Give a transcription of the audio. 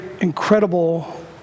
incredible